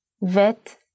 vet